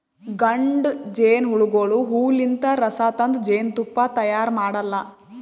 ಗಂಡ ಜೇನಹುಳಗೋಳು ಹೂವಲಿಂತ್ ರಸ ತಂದ್ ಜೇನ್ತುಪ್ಪಾ ತೈಯಾರ್ ಮಾಡಲ್ಲಾ